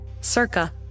Circa